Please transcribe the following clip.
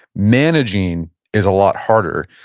managing is a lot harder.